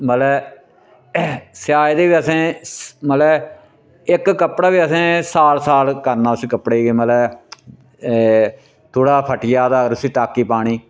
मतलब सेआए दे गै असें मतलब इक कपड़ा बी असें साल साल करना उस कपड़े गी असें मतलब थोह्ड़ा फटी जा तां उसी टाकी पानी